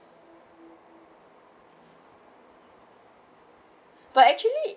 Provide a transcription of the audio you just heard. but actually